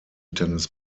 tennis